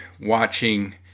watching